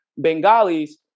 Bengalis